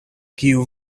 kiu